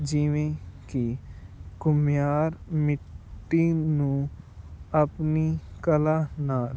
ਜਿਵੇਂ ਕਿ ਘੁਮਿਆਰ ਮਿੱਟੀ ਨੂੰ ਆਪਣੀ ਕਲਾ ਨਾਲ